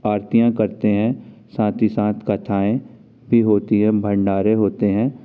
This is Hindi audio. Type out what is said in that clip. आरतियाँ करते हैं साथ ही साथ कथाएं भी होती है भंडारें होते हैं